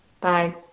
Bye